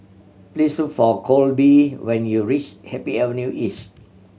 please look for Kolby when you reach Happy Avenue East